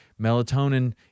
Melatonin